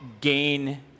gain